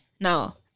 now